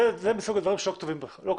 זה מסוג הדברים שלא כותבים בחוק.